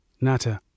Nata